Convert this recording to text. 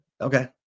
okay